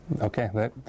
Okay